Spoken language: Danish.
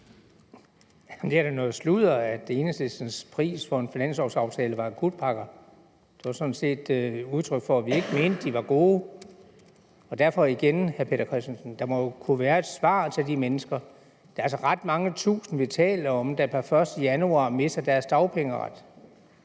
noget sludder, at Enhedslistens pris for at kunne indgå en finanslovaftale, var akutpakker. Det var sådan set blot et udtryk for, at vi ikke mente, de var gode. Jeg vil derfor igen sige til hr. Peter Christensen: Der må jo være et svar til de mennesker. Det er altså ret mange tusinde, vi taler om, der den 1. januar mister deres dagpengeret.